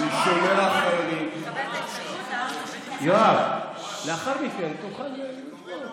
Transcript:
אני שולח חיילים, יואב, לאחר מכן תוכל לשמוע אותה.